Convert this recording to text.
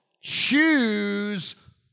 choose